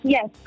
Yes